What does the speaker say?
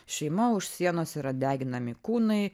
šeima už sienos yra deginami kūnai